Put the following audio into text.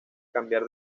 cambiar